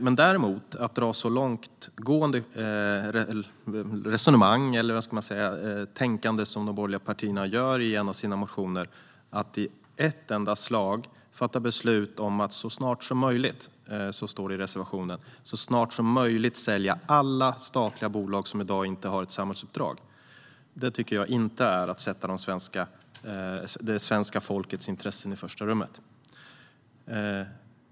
Att däremot dra så långt som de borgerliga partierna gör i en av sina motioner att i ett enda slag fatta beslut om att så snart som möjligt, som det står i reservationen, sälja alla statliga bolag som i dag inte har ett samhällsuppdrag, det tycker jag inte är att sätta svenska folkets intresse i första rummet.